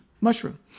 mushroom